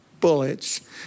bullets